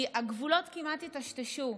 כי הגבולות כמעט היטשטשו.